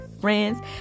friends